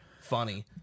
funny